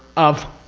of